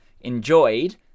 enjoyed